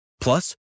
Plus